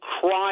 crime